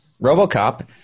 RoboCop